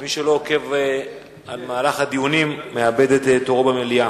ומי שלא עוקב אחרי מהלך הדיונים מאבד את תורו במליאה.